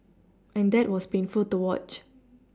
and that was painful to watch